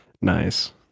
Nice